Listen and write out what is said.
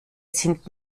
sind